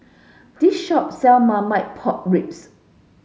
this shop sell Marmite Pork Ribs